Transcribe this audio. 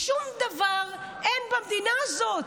שום דבר אין במדינה הזאת.